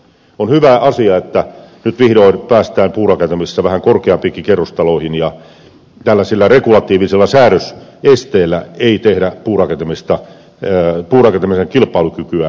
on hyvä asia että nyt vihdoin päästään puurakentamisessa vähän korkeampiinkin kerrostaloihin ja tällaisella regulatiivisella säädösesteellä ei tehdä puurakentamisen kilpailukykyä heikommaksi